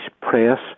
press